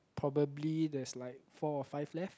probably there's like four or five left